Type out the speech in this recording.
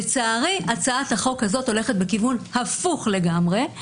לצערי הצעת החוק הזאת הולכת בכיוון הפוך לגמרי,